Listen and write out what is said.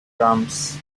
drums